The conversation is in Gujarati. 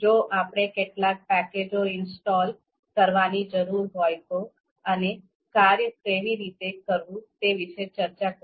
જો આપણે કેટલાક પેકેજો ઇન્સ્ટોલ કરવાની જરૂર હોય તો અને કાર્ય કેવી રીતે કરવું તે વિશે ચર્ચા કરી